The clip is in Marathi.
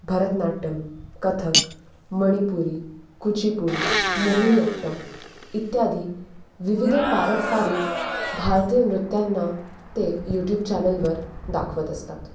भरतनाट्यम कथक मणिपुरी कुचीपुडी मोहिनीअट्टम इत्यादी विविध पारंपरिक भारतीय नृत्यांना ते यूट्यूब चॅनलवर दाखवत असतात